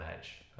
edge